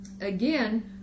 Again